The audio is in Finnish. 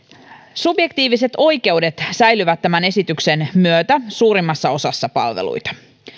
subjektiiviset oikeudet säilyvät tämän esityksen myötä suurimmassa osassa palveluita